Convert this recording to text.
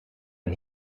een